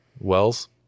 Wells